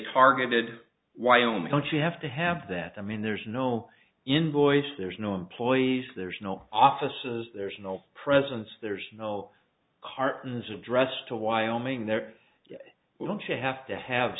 targeted wyoming don't you have to have that i mean there's no invoice there's no employees there's no offices there's no presence there's no cartons of dress to wyoming there you don't you have to have